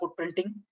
footprinting